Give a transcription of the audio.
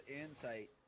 insight